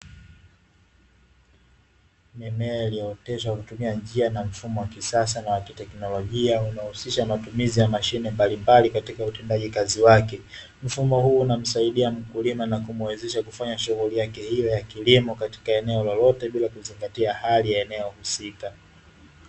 Mimea iliyooteshwa kwa kutumia njia na mfumo wa kisasa na kiteknolojis unaohusisha matumizi ya mashine mbalimbali katika utendaji kazi wake, mfumo huu unamsaidia mkulima na kumuwezesha kufanya shughuli yake ya kilimo katika eneo lolote bila kuzingatia hali ya eneo husika.